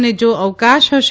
અને જો અવકાશ હશે